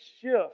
shift